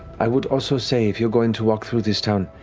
i would also say if you're going to walk through this town,